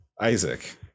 Isaac